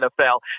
NFL